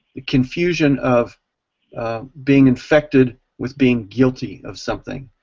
the confusion of being infected with being guilty of something,